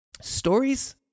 Stories